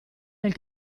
del